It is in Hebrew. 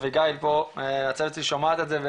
אביגיל פה מהצוות שלי שומעת את זה,